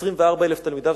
24,000 תלמידיו,